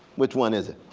which one is it?